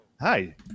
hi